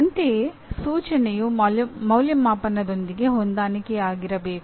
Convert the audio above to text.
ಅಂತೆಯೇ ಸೂಚನೆಯು ಅಂದಾಜುವಿಕೆಯೊಂದಿಗೆ ಹೊಂದಾಣಿಕೆಯಾಗಿರಬೇಕು